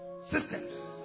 Systems